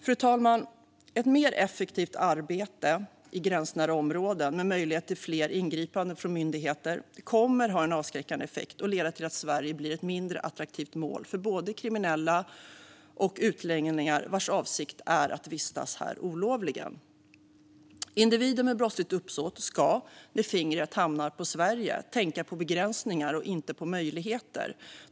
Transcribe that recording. Fru talman! Ett mer effektivt arbete i gränsnära områden, med möjlighet till fler ingripanden från myndigheter, kommer att ha en avskräckande effekt och leda till att Sverige blir ett mindre attraktivt mål både för kriminella och för utlänningar vars avsikt är att vistas här olovligen. Individer med brottsligt uppsåt ska, när fingret på kartan hamnar på Sverige, tänka på begränsningar och inte på möjligheter.